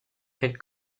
elle